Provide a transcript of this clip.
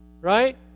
Right